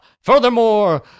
furthermore